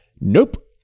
Nope